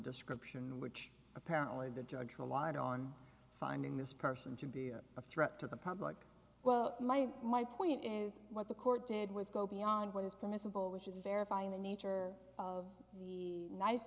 description which apparently the judge relied on finding this person to be a threat to the public well my my point is what the court did was go beyond what is permissible which is verifying the nature of the kni